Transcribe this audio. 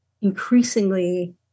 increasingly